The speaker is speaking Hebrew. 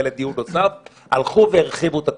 לדיון נוסף הלכו והרחיבו את התקנה.